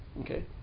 okay